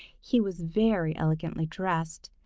he was very elegantly dressed,